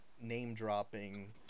name-dropping –